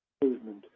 improvement